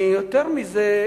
יותר מזה,